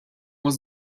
was